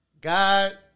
God